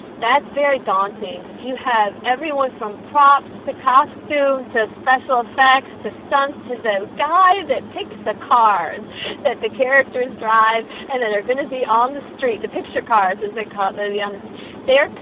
that's very daunting because you have everyone from props to costume to special effects to stunts, to the guy that takes the cars that the characters drive. and then they're going to be on the street. the picture cars, as they call the the honest they are,